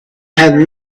had